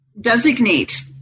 designate